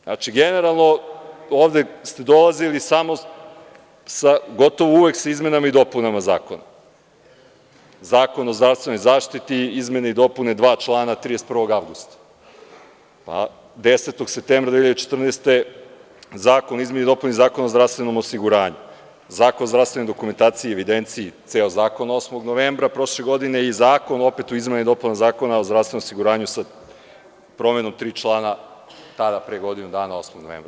Znači, generalno ovde ste dolazili gotovo uvek sa izmenama i dopunama zakona – Zakon o zdravstvenoj zaštiti, izmene i dopune dva člana 31. avgusta, pa 10. septembra 2014. godine – Zakon o izmeni i dopuni Zakona o zdravstvenom osiguranju, Zakon o zdravstvenoj dokumentaciji i evidenciji, ceo zakon 8. novembra prošle godine i Zakon o izmenama i dopunama Zakona o zdravstvenom osiguranju, sa promenom tri člana, tada pre godinu dana 8. novembra.